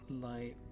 Light